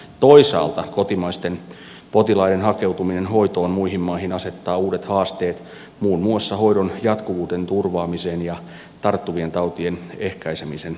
toisaalta kotimaisten potilaiden hakeutuminen hoitoon muihin maihin asettaa uudet haasteet muun muassa hoidon jatkuvuuden turvaamisen ja tarttuvien tautien ehkäisemisen kannalta